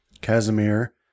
Casimir